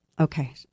okay